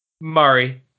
Murray